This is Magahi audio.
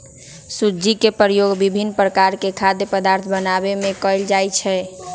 सूज्ज़ी के प्रयोग विभिन्न प्रकार के खाद्य पदार्थ बनाबे में कयल जाइ छै